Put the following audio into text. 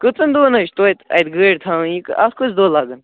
کۭژَن دۄہَن حظ چھِ توتہِ اَتہِ گٲڑۍ تھاوٕنۍ اَتھ کٔژ دۄہ لَگَن